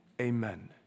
amen